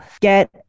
get